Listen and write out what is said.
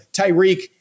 Tyreek